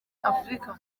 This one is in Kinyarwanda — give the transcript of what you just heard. afurika